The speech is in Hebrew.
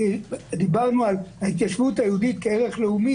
דיברנו על ההתיישבות היהודית כערך לאומי,